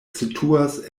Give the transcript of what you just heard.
situas